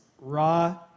raw